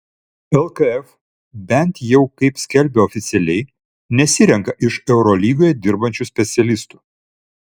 lkf bent jau kaip skelbia oficialiai nesirenka iš eurolygoje dirbančių specialistų